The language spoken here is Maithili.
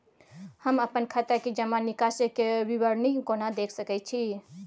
हम अपन खाता के जमा निकास के विवरणी केना देख सकै छी?